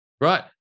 right